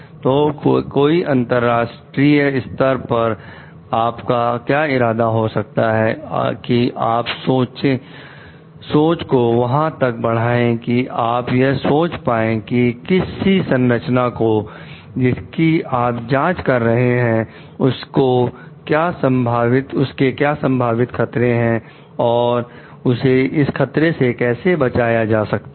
तो कोई अंतरराष्ट्रीय स्तर पर आपका क्या इरादा हो सकता है कि आप सोच को वहां तक बढ़ाए कि आप यह सोच पाए हैं कि किसी संरचना को जिसकी आप जांच कर रहे हैं उसको क्या संभावित खतरे हैं और उसे इस खतरे से कैसे बचाया जाए